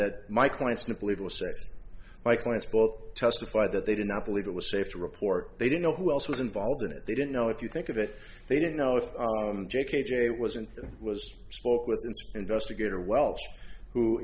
serve my clients both testified that they did not believe it was safe to report they didn't know who else was involved in it they didn't know if you think of it they didn't know if j k j it was and it was spoke with an investigator welch who